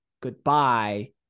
Goodbye